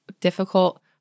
difficult